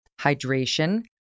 Hydration